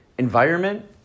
environment